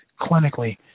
clinically